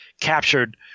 captured